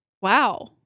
Wow